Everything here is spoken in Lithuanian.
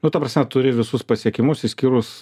nu ta prasme turi visus pasiekimus išskyrus